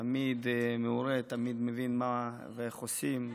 תמיד מעורה, תמיד מבין מה ואיך עושים.